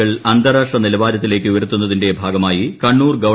കൾ അന്താരാഷ്ട്ര നിലവാരത്തിലേക്കുയൂർത്തുന്നതിന്റെ ഭാഗമായി കണ്ണൂർ ഗവ